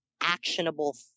actionable